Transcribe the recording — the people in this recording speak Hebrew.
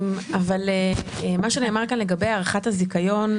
מה שנאמר לגבי הארכת הזיכיון,